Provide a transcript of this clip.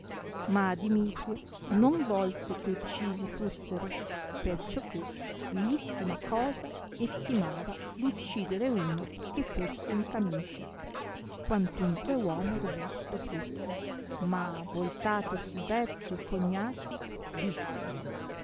ma dimitrio non volse che uccisi fussero perciò che vilissima cosa estimava l'uccidere uno che fusse in camiscia quantunque uomo robusto fusse ma voltatosi verso i cognati disse